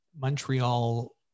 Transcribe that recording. Montreal